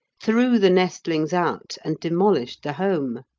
threw the nestlings out, and demolished the home.